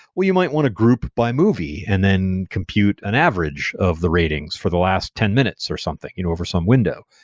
well, you might want to group by movie and then compute an average of the ratings for the last ten minutes or something you know over some window.